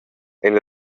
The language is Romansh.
ein